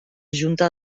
junta